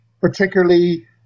particularly –